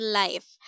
life